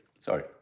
Sorry